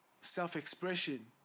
self-expression